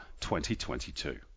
2022